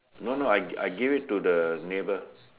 no no I I give it to the neighbour